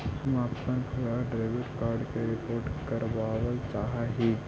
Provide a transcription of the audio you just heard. हम अपन भूलायल डेबिट कार्ड के रिपोर्ट करावल चाह ही